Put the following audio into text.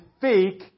fake